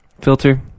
filter